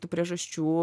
tų priežasčių